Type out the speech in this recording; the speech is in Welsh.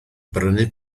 brynu